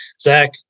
Zach